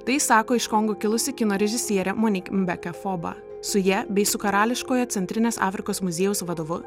tai sako iš kongo kilusi kino režisierė monik mbeka foba su ja bei su karališkojo centrinės afrikos muziejaus vadovu